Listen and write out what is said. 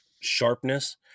sharpness